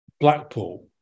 Blackpool